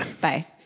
Bye